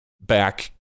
back